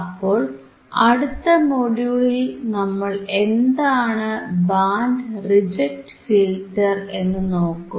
അപ്പോൾ അടുത്ത മൊഡ്യൂളിൽ നമ്മൾ എന്താണ് ബാൻഡ് റിജക്ട് ഫിൽറ്റർ എന്നു നോക്കും